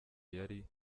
yari